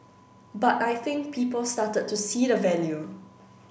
but I think people started to see the value